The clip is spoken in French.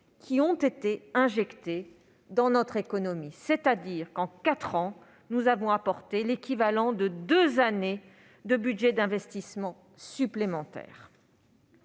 supplémentaires dans notre économie. Autrement dit, en quatre ans, nous avons apporté l'équivalent de deux années de budget d'investissement supplémentaires.